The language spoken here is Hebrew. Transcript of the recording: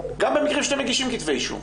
גם במקרים שאתם מגישים כתב אישום.